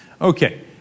Okay